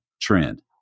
trend